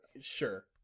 Sure